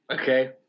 Okay